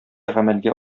гамәлгә